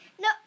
No